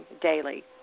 daily